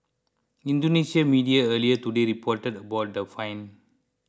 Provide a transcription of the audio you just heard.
indonesian media earlier today reported about the fine